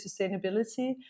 sustainability